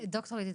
ד"ר אידית,